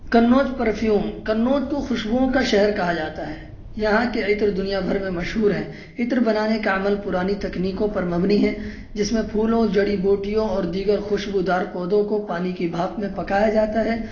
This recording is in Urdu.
قنوج پرفیوم قنوج کو خوشبوؤں کا شہر کہا جاتا ہے یہاں کے عطر دنیا بھر میں مشہور ہیں عطر بنانے کا عمل پرانی تکنیکوں پر مبنی ہے جس میں پھولوں جڑی بوٹیوں اور دیگر خوشبو دار پودوں کو پانی کی بھاپ میں پکایا جاتا ہے